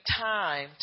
time